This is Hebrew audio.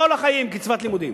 כל החיים קצבת לימודים.